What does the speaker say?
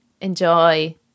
enjoy